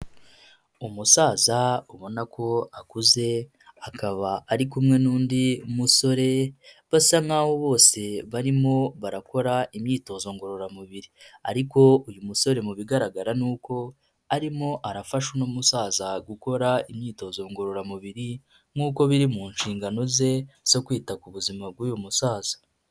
Umusaza ubona ko akuze, akaba ari kumwe n'undi musore basa nk'aho bose barimo barakora imyitozo ngororamubiri ariko uyu musore mu bigaragara ni uko arimo arafasha uno musaza gukora imyitozo ngororamubiri nk'uko biri mu nshingano ze zo kwita ku buzima bwuyu musaza.